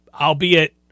albeit